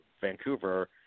Vancouver